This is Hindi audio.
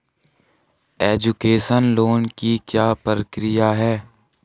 एजुकेशन लोन की क्या प्रक्रिया है?